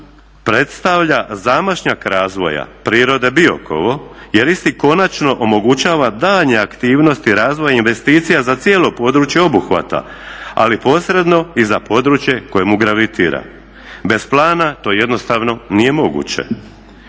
predstavlja zamašnjak razvoja prirode Biokovo jer isti konačno omogućava daljnje aktivnosti razvoja investicija za cijelo područje obuhvata, ali posredno i za područje kojemu gravitira. Bez plana to jednostavno nije moguće.